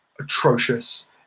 atrocious